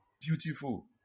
beautiful